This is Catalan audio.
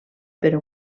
per